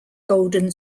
golden